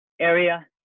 area